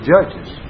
Judges